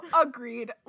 agreed